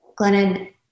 Glennon